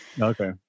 okay